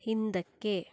ಹಿಂದಕ್ಕೆ